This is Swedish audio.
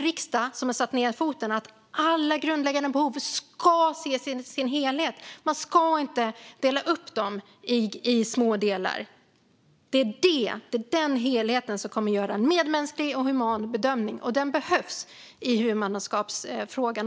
Riksdagen har satt ned foten om att alla grundläggande behov ska ses som en helhet och inte delas upp i små delar. Det är denna helhet som kommer att ge en human bedömning, och det behövs även i huvudmannaskapsfrågan.